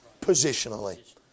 Positionally